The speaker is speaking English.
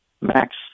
Max